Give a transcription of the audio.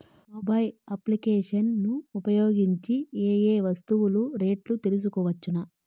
Mobile applications ను ఉపయోగించి ఏ ఏ వస్తువులు రేట్లు తెలుసుకోవచ్చును?